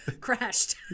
crashed